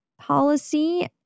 policy